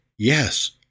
Yes